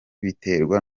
biterwa